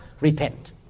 repent